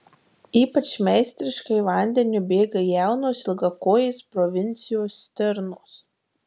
ypač meistriškai vandeniu bėga jaunos ilgakojės provincijos stirnos